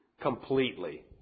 Completely